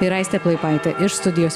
ir aistė plaipaitė iš studijos